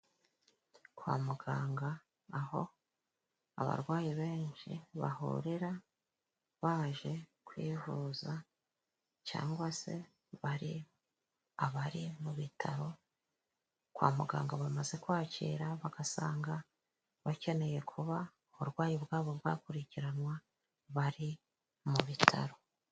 Kwa muganga aho abarwayi benshi bahurira baje kwivuza cyangwa se bari abari mu bitaro, kwa muganga bamaze kwakira bagasanga bakeneye kuba uburwayi bwabo bwakurikiranwa bari mu bitaro.